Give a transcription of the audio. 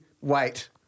wait